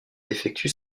effectue